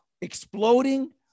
exploding